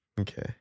Okay